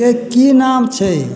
कि नाम छै